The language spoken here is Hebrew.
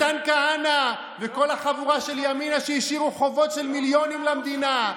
מתן כהנא וכל החבורה של ימינה שהשאירו חובות של מיליונים למדינה.